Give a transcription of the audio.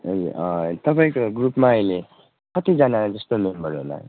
ए तपाईँको ग्रुपमा अहिले कतिजना जस्तो मेम्बर होला